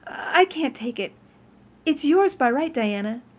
i can't take it it's yours by right, diana.